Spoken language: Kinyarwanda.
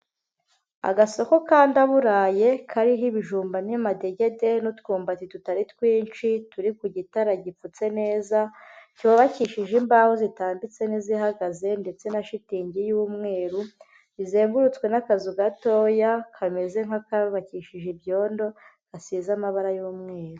Agasoko ka ndaburaye kariho ibijumba n'amadegede n'utwumbati tutari twinshi, turi ku gitara gipfutse neza, cyubakishije imbaho zitambitse n'izihagaze ndetse na shitingi y'umweru, zizengurutswe n'akazu gatoya kameze nk'akubakishije ibyondo, gasize amabara y'umweru.